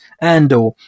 Andor